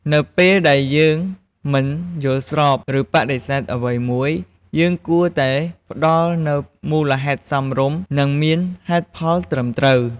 នៅពេលដែលយើងមិនយល់ស្រប ឬបដិសេធអ្វីមួយ យើងគួរតែផ្តល់នូវមូលហេតុសមរម្យ និងមានហេតុផលត្រឹមត្រូវ។